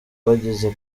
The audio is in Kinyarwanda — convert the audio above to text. bagize